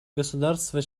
государства